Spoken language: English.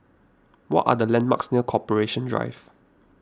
what are the landmarks near Corporation Drive